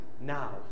now